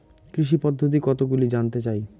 কৃষি পদ্ধতি কতগুলি জানতে চাই?